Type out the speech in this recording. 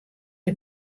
der